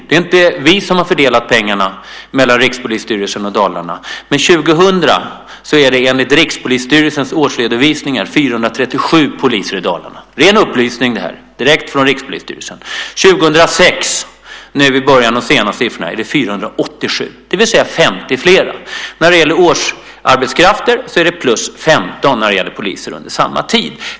Det är inte vi som har fördelat pengarna mellan Rikspolisstyrelsen och Dalarna. År 2000 var det enligt Rikspolisstyrelsens årsredovisningar 437 poliser i Dalarna. Det är en ren upplysning direkt från Rikspolisstyrelsen. Nu i början av år 2006 är det i de senaste siffrorna 487, det vill säga 50 fler. När det gäller årsarbetskrafter är det plus 15 för poliser under samma tid.